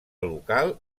local